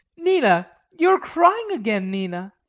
nina! you are crying again, nina!